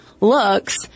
looks